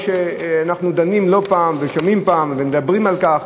ואנחנו דנים לא פעם ושומעים לא פעם ומדברים על כך